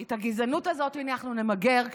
את הגזענות הזאת אנחנו נמגר כשנחזור.